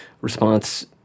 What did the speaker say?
response